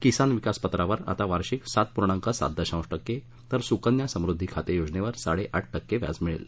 किसान विकास पत्रावर आता वार्षिक सात पूर्णांक सात दशांश टक्के तर सुकन्या समृद्धि खाते योजनेवर साडेआठ टक्के व्याज मिळेल